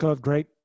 great